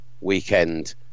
weekend